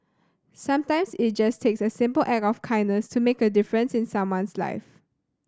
sometimes it just takes a simple act of kindness to make a difference in someone's life